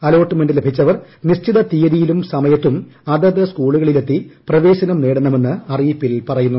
allotment ലഭിച്ചവർ നിശ്ചിത തീയതിയിലും സമയത്തും അതത് സ്കൂളുകളിലെത്തി പ്രവേശനം നേടണമെന്ന് അറിയിപ്പിൽ പറയുന്നു